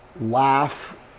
laugh